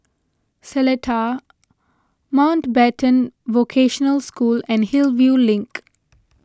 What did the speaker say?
Seletar Mountbatten Vocational School and Hillview Link